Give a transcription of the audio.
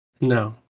no